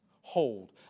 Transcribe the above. hold